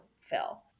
fill